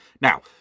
now